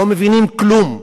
לא מבינים כלום,